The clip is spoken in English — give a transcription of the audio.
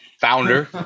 founder